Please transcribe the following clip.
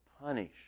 punish